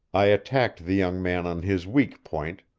i attacked the young man on his weak point,